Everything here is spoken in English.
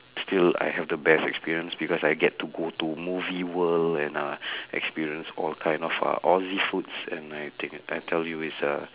still I have the best experience because I get to go to movie world and uh experience all kind of uh aussie foods and I I tell you is a